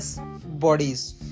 bodies